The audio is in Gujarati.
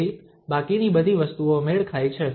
તેથી બાકીની બધી વસ્તુઓ મેળ ખાય છે